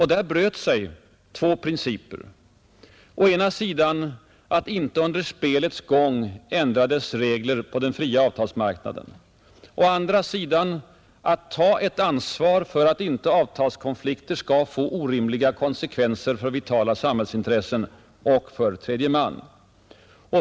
Här bröt sig två principer: å ena sidan att inte under spelets gång ändra dess regler på den fria avtalsmarknaden, å andra sidan att ta ansvar för att inte avtalskonflikter får orimliga konsekvenser för vitala samhällsintressen och för tredje man.